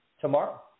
tomorrow